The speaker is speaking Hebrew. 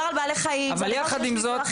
אבל יחד עם זאת,